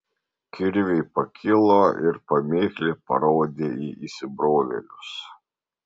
kirviai pakilo ir pamėklė parodė į įsibrovėlius